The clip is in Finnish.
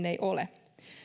ei ole